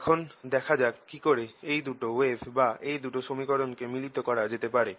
এখন দেখা যাক কিকরে এই দুটো ওয়েভ বা এই দুটো সমীকরণ কে মিলিত করা যেতে পারে